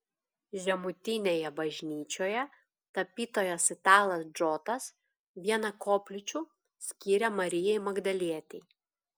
žemutinėje bažnyčioje tapytojas italas džotas vieną koplyčių skyrė marijai magdalietei